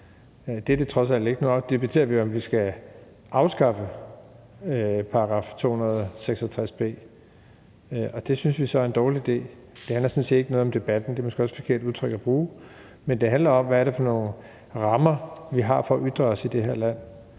debatterer vi jo, om vi skal afskaffe § 266 b, og det synes vi så er en dårlig idé. Det handler sådan set ikke om debatten – det er måske også et forkert udtryk at bruge. Men det handler om, hvad det er for nogle rammer, vi har, for at ytre os i det her land.